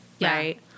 right